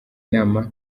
inama